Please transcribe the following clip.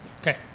okay